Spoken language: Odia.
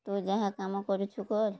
ତୁ ଯାହା କାମ କରୁଛୁ କର